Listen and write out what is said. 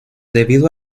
debido